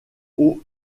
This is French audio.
aux